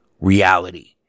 reality